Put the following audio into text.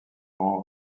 grand